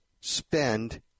spend